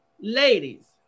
Ladies